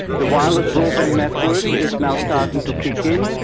the wireless broadband network is now starting to kick in,